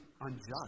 unjust